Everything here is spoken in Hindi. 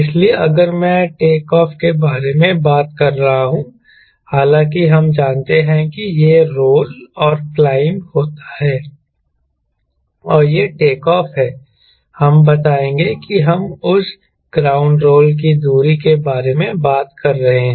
इसलिए अगर मैं टेक ऑफ के बारे में बात कर रहा हूं हालांकि हम जानते हैं कि यह रोल और क्लाइंब होता है और यह टेक ऑफ है हम बताएंगे कि हम इस ग्राउंड रोल की दूरी के बारे में बात कर रहे हैं